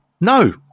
no